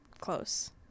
close